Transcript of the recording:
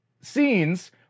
scenes